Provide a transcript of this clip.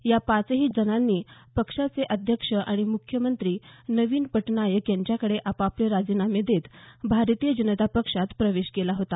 या पाचही जणांनी पक्षाचे अध्यक्ष आणि म्ख्यमंत्री नवीन पटनायक यांच्याकडे आपापले राजीनामे देत भारतीय जनता पक्षात प्रवेश केला होता